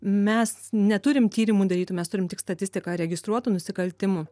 mes neturim tyrimu darytų mes turim tik statistiką registruotų nusikaltimų